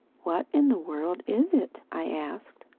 what in the world is it? i asked.